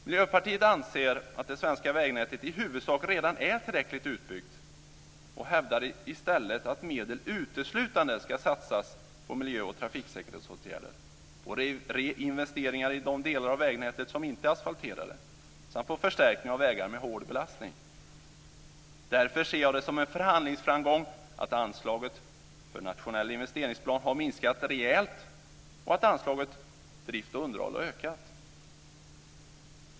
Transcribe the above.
Miljöpartiet anser att det svenska vägnätet i huvudsak redan är tillräckligt utbyggt och hävdar att medel i stället uteslutande ska satsas på miljö och trafiksäkerhetsåtgärder, på reinvesteringar i de delar av vägnätet som inte är asfalterade samt på förstärkning av vägar med hård belastning. Därför ser jag det som en förhandlingsframgång att anslaget för nationell investeringsplan har minskat rejält och att anslaget till drift och underhåll har ökat.